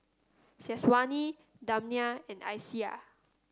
Syazwani Damia and Aisyah